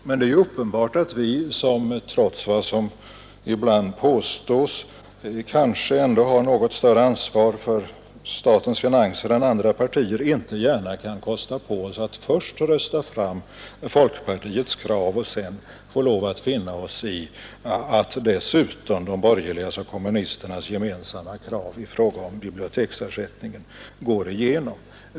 Men det är uppenbart att vi som — trots vad som ibland påstås — kanske ändå har något större ansvar för statens finanser än andra partier, inte gärna kan kosta på oss att först rösta fram folkpartiets krav och sedan få lov att finna oss i att dessutom de borgerligas och kommunisternas gemensamma krav rörande biblioteksersättningen går igenom.